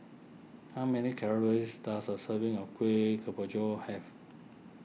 how many calories does a serving of Kueh Kemboja have